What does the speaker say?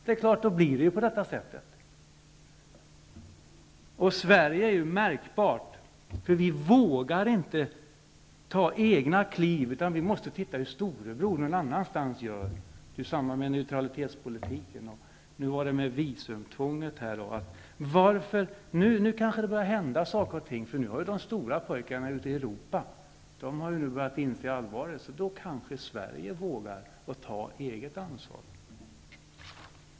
Det är klart att då blir det ju så här. I Sverige är det märkbart att vi inte vågar ta egna kliv. Vi måste se hur storebror någonannanstans gör. Det gäller t.ex. för neutralitetspolitiken. Detsamma gäller visumtvånget. Nu kanske det börjar hända saker, eftersom de stora pojkarna ute i Europa har börjat inse allvaret. Då kanske Sverige vågar ta ett eget ansvar.